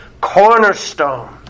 cornerstone